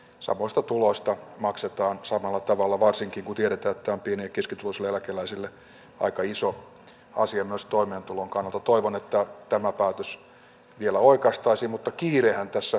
savusta tuloista maksetaan samalla tavalla varsinkin kun kiertotahtinen keski uusimu eläkeläisille aika iso asia myös toimeentulon kannalta toivon että tämä päätös jolla oikaistaisiin mutta kiirehän tässä